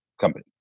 company